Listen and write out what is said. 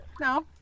no